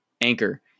Anchor